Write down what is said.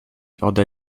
ode